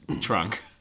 trunk